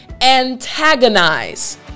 antagonize